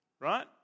Right